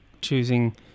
choosing